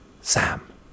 Sam